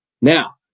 Now